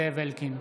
זאב אלקין,